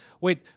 Wait